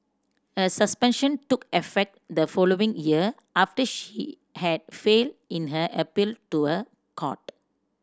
her suspension took effect the following year after she had failed in her appeal to a court